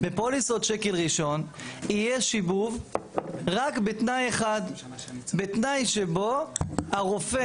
בפוליסות שקל ראשון יהיה שיבוב רק בתנאי אחד: בתנאי שבו הרופא